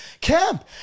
camp